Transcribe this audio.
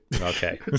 okay